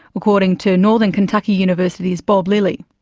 according to northern kentucky university's bob lilly.